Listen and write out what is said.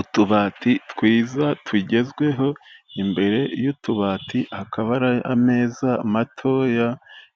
Utubati twiza tugezweho, imbere y'utubati hakaba hari ameza matoya,